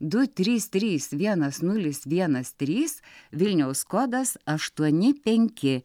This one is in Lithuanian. du trys trys vienas nulis vienas trys vilniaus kodas aštuoni penki